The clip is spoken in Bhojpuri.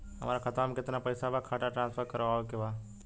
हमारे खाता में कितना पैसा बा खाता ट्रांसफर करावे के बा?